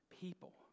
people